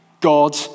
God